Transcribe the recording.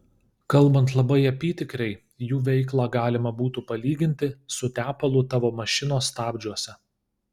kalbant labai apytikriai jų veiklą galima būtų palyginti su tepalu tavo mašinos stabdžiuose